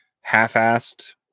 half-assed